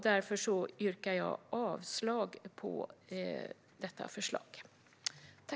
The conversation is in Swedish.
Därför yrkar jag avslag på Sverigedemokraternas reservation.